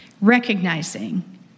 recognizing